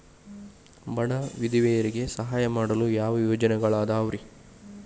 ಬಡ ವಿಧವೆಯರಿಗೆ ಸಹಾಯ ಮಾಡಲು ಯಾವ ಯೋಜನೆಗಳಿದಾವ್ರಿ?